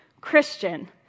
Christian